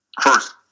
first